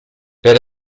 per